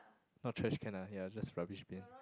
not trash can lah ya just rubbish bin